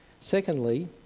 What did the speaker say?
secondly